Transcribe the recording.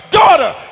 daughter